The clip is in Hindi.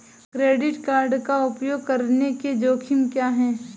क्रेडिट कार्ड का उपयोग करने के जोखिम क्या हैं?